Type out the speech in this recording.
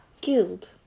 guild